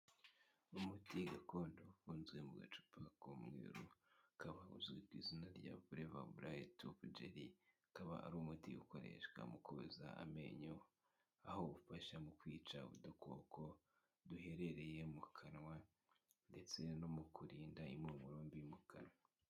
Umuti gakondo ufunze mu gacupa k'umweru ukaba uzwi ku izina rya forever bright tooth gel akaba ari umuti ukoreshwa mu koza amenyo aho ufasha mu kwica udukoko duherereye mu kanwa ndetse no mu kurinda impumuro mbi mu kanwa.